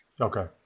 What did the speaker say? Okay